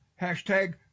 hashtag